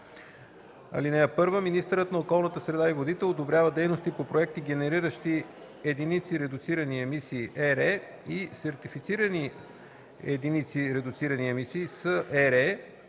на околната среда и водите одобрява дейности по проекти, генериращи единици редуцирани емисии (ЕРЕ) и сертифицирани единици редуцирани емисии (СЕРЕ)